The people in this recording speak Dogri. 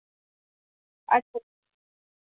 अच्छा